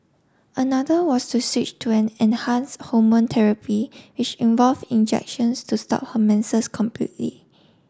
another was to switch to an enhance hormone therapy which involve injections to stop her menses completely